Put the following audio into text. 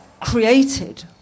created